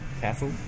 Castle